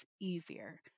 easier